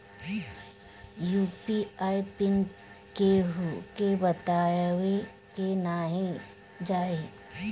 UPI PIN केहू के बतावे के ना चाही